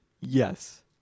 Yes